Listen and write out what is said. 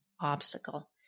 obstacle